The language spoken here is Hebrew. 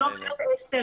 ב-2018